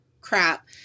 crap